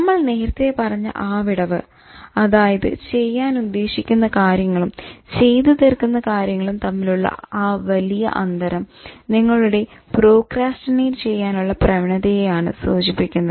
നമ്മൾ നേരത്തെ പറഞ്ഞ ആ വിടവ് അതായത് ചെയ്യാൻ ഉദ്ദേശിക്കുന്ന കാര്യങ്ങളും ചെയ്ത് തീർക്കുന്ന കാര്യങ്ങളും തമ്മിലുള്ള ആ വലിയ അന്തരം നിങ്ങളുടെ പ്രോക്രാസ്റ്റിനേറ്റ് ചെയ്യാനുള്ള പ്രവണതയെ ആണ് സൂചിപ്പിയ്ക്കുന്നത്